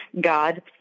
God